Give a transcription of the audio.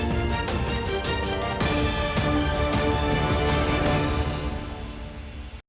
Дякую.